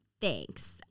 Thanks